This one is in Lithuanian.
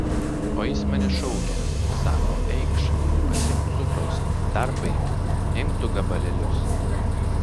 o jis mane šaukė sako eikš pasiimk cukraus dar paimk imk du gabalėlius